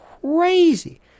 crazy